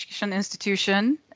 institution